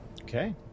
okay